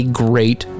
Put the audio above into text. great